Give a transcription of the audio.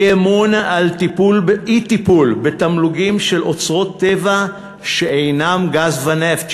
אי-אמון על אי-טיפול בתמלוגים של אוצרות טבע שאינם גז ונפט.